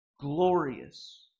glorious